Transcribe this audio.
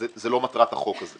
זה לא מטרת החוק הזה.